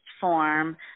form